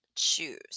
choose